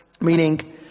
Meaning